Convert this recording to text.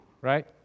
right